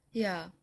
ya